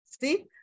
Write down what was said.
see